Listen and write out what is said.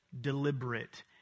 deliberate